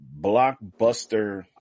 blockbuster